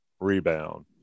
rebound